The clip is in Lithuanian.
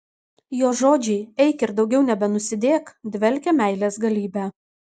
jo žodžiai eik ir daugiau nebenusidėk dvelkia meilės galybe